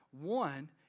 One